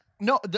No